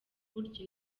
burya